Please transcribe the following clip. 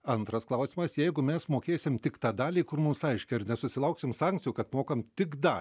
antras klausimas jeigu mes mokėsim tik tą dalį kur mums aiškiai ar nesusilauksim sankcijų kad mokam tik dalį